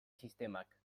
sistemak